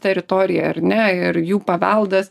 teritorijoj ar ne ir jų paveldas